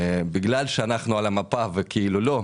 בגלל שאנחנו על המפה וכאילו לא,